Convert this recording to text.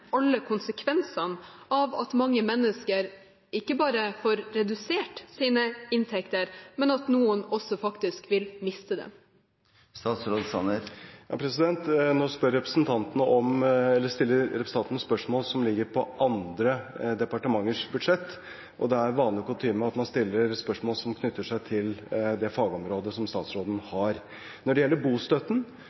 alle konsekvensene, av at mange mennesker ikke bare får redusert sine inntekter, men at noen også faktisk vil miste dem? Nå stiller representanten spørsmål som ligger til andre departements budsjetter. Det er vanlig kutyme at man stiller spørsmål som knytter seg til statsrådens fagområde. Når det gjelder bostøtten – eller det boligsosiale – vet vi at det er om lag 135 000 mennesker som sliter på boligmarkedet. Det